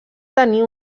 tenir